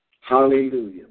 Hallelujah